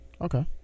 Okay